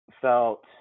felt